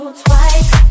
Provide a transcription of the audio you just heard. twice